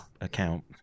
account